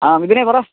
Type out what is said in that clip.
ആ മിഥുനേ പറ